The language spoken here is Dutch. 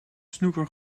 snooker